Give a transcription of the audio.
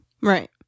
right